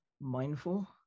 mindful